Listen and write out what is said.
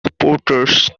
supporters